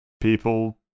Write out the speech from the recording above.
People